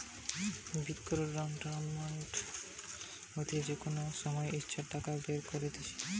বেঙ্কর demand deposit account মানে হইসে যেখান হইতে যে কোনো সময় ইচ্ছে টাকা বের কত্তিছে